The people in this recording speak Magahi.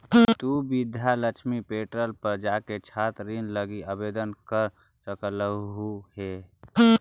तु विद्या लक्ष्मी पोर्टल पर जाके छात्र ऋण लागी आवेदन कर सकलहुं हे